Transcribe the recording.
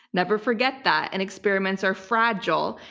never forget that. and experiments are fragile,